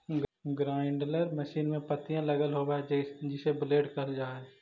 grinder machine में पत्तियाँ लगल होव हई जिसे ब्लेड कहल जा हई